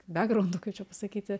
bekgraundu kaip čia pasakyti